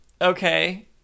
Okay